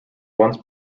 once